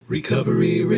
Recovery